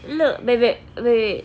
look wait wait wait wait